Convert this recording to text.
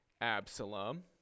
Absalom